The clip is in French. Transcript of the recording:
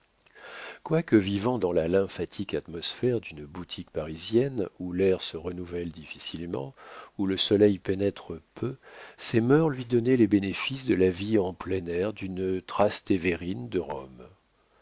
quoique vivant dans la lymphatique atmosphère d'une boutique parisienne où l'air se renouvelle difficilement où le soleil pénètre peu ses mœurs lui donnaient les bénéfices de la vie en plein air d'une transtévérine de rome